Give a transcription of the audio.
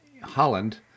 Holland